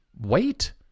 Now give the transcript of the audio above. wait